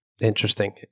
Interesting